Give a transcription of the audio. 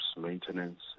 maintenance